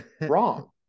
wrong